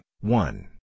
one